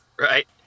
Right